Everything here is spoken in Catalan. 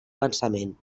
pensament